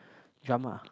drama